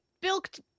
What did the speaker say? bilked